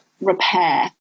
repair